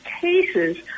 cases